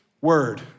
word